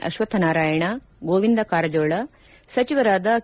ಅಶ್ವಥನಾರಾಯಣ ಗೋವಿಂದ ಕಾರಜೋಳ ಸಚಿವರಾದ ಕೆ